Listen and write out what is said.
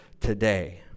today